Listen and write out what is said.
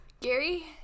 Gary